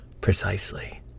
Precisely